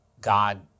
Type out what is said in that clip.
God